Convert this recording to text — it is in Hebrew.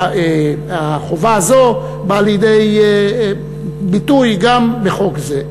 החובה הזו באה לידי ביטוי גם בחוק הזה.